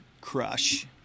crush